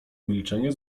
milczenie